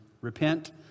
repent